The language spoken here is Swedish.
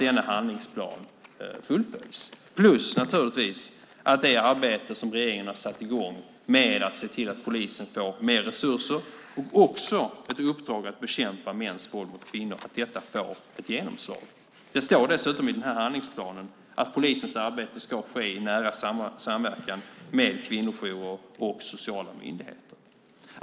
Det gäller naturligtvis även det arbete som regeringen har satt i gång med att se till att polisen får mer resurser och ett uppdrag att bekämpa mäns våld mot kvinnor. Detta måste få ett genomslag. Det står dessutom i handlingsplanen att polisens arbete ska ske i nära samverkan med kvinnojourer och sociala myndigheter.